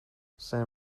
sen